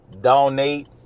donate